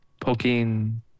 poking